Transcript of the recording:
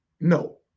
No